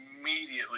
immediately